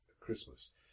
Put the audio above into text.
Christmas